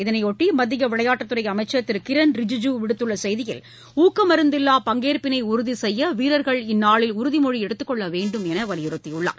இதனையோட்டி மத்திய விளையாட்டுத் துறை அமைச்சர் திரு கிரண் ரிஜிஜூ விடுத்துள்ள செய்தியில் ஊக்கமருந்தில்லா பங்கேற்பினை உறுதி செய்ய வீரர்கள் இந்நாளில் உறுதிமொழி எடுத்துக் கொள்ள வேண்டும் என்று வலியுறுத்தியுள்ளார்